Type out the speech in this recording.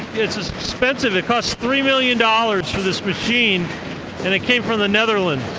it's expensive. it costs three million dollars for this machine and it came from the netherlands